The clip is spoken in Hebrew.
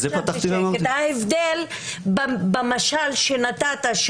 זה פתחתי ואמרתי --- ההבדל במשל שנתת,